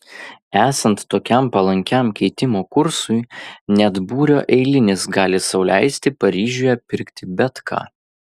esant tokiam palankiam keitimo kursui net būrio eilinis gali sau leisti paryžiuje pirkti bet ką